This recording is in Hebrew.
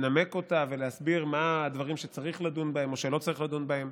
לנמק אותה ולהסביר מה הדברים שצריך לדון בהם או שלא צריך לדון בהם.